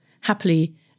happily